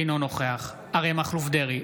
אינו נוכח אריה מכלוף דרעי,